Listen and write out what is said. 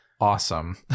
awesome